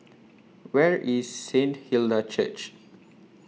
Where IS Saint Hilda's Church